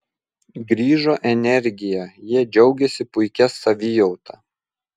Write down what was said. grįžo energija jie džiaugėsi puikia savijauta